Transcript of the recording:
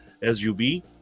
SUV